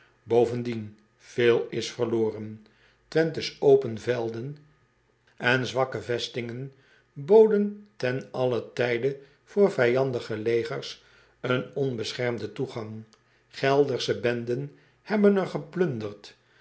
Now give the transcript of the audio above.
ovendien veel is verloren wenthe s open velden en zwakke vestingen boden ten allen tijde voor vijandige legers een onbeschermden toegang eldersche benden hebben er geplunderd